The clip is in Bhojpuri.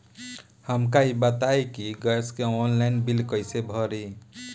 हमका ई बताई कि गैस के ऑनलाइन बिल कइसे भरी?